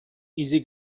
easy